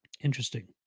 Interesting